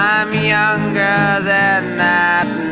i'm younger than that